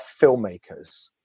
filmmakers